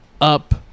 up